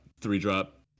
three-drop